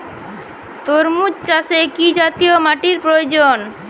তরমুজ চাষে কি জাতীয় মাটির প্রয়োজন?